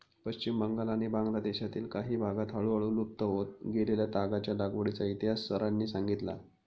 पश्चिम बंगाल आणि बांगलादेशातील काही भागांत हळूहळू लुप्त होत गेलेल्या तागाच्या लागवडीचा इतिहास सरांनी सांगितला